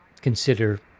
consider